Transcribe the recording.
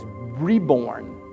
reborn